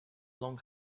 long